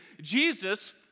Jesus